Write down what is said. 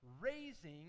Raising